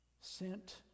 sent